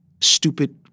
stupid